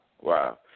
wow